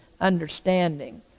understanding